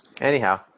Anyhow